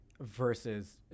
versus